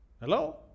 Hello